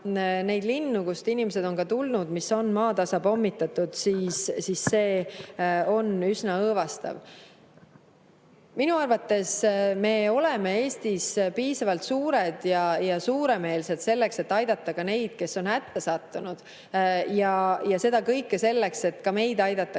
neid linnu, kust inimesed on tulnud, mis on maatasa pommitatud, siis see on üsna õõvastav. Minu arvates me oleme Eestis piisavalt suured ja suuremeelsed selleks, et aidata neid, kes on hätta sattunud, ja seda kõike selleks, et aidataks